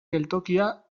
geltokia